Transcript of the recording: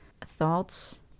thoughts